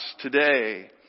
today